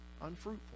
unfruitful